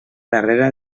darrere